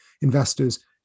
investors